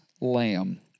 lamb